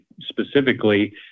specifically